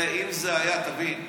תבין,